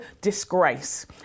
disgrace